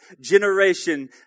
generation